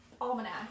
almanac